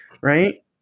right